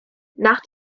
nach